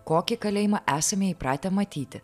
kokį kalėjimą esame įpratę matyti